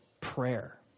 prayer